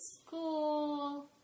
school